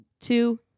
two